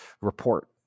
report